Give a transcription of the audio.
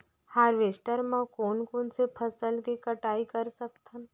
Harvester म कोन कोन से फसल के कटाई कर सकथन?